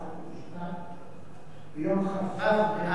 ביום כ"ו באב התשנ"ה,